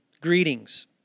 greetings